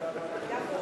7027